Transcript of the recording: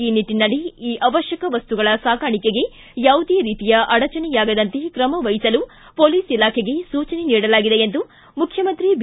ಈ ನಿಟ್ಟನಲ್ಲಿ ಈ ಅವಶ್ಯಕ ವಸ್ತುಗಳ ಸಾಗಾಣಿಕೆಗೆ ಯಾವುದೇ ರೀತಿಯ ಅಡಚಣೆಯಾಗದಂತೆ ಕ್ರಮ ವಹಿಸಲು ಪೊಲೀಸ್ ಇಲಾಖೆಗೆ ಸೂಚನೆ ನೀಡಲಾಗಿದೆ ಎಂದು ಮುಖ್ಯಮಂತ್ರಿ ಬಿ